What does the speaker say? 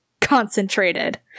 concentrated